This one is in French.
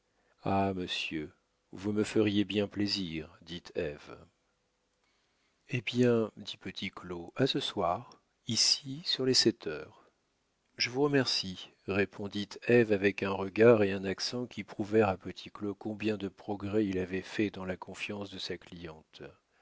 ah monsieur vous me feriez bien plaisir dit ève eh bien dit petit claud à ce soir ici sur les sept heures je vous remercie répondit ève avec un regard et un accent qui prouvèrent à petit claud combien de progrès il avait fait dans la confiance de sa cliente